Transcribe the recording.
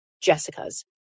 Jessica's